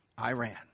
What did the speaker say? Iran